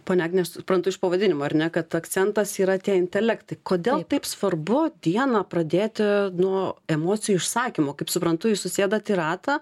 ponia agne aš suprantu iš pavadinimo ar ne kad akcentas yra tie intelektai kodėl taip svarbu dieną pradėti nuo emocijų išsakymo kaip suprantu jūs susėdat į ratą